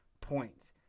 points